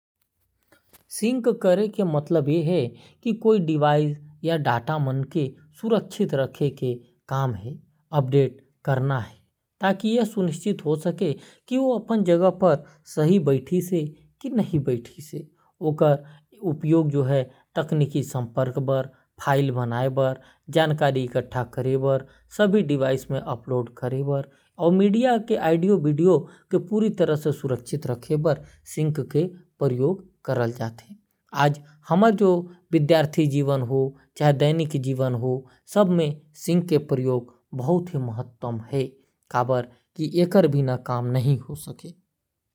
सिंकिंग के मतलब दू या दू ले जादा डिवाइस म डाटा ल सुसंगत रखना हे। सिंकिंग ले डाटा ल उही तरीका ले अपडेट करे जा सकत हे। सिंक के संग कोनो भी डिवाइस म डाटा देखे जा सकत हे। और मीडिया के ऑडियो वीडियो सुरक्षित रखे बर सिंक के इस्तेमाल हायेल। आज हमर जो विद्यार्थी जीवन है ओमा शिंक के बहुत उपयोग है।